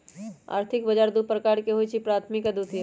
आर्थिक बजार दू प्रकार के होइ छइ प्राथमिक आऽ द्वितीयक